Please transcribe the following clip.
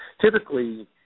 typically